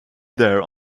there